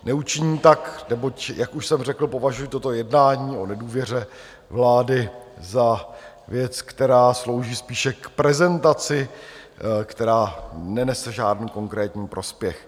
Neučiním tak, neboť jak už jsem řekl, považuji toto jednání o nedůvěře vlády za věc, která slouží spíše k prezentaci, která nenese žádný konkrétní prospěch.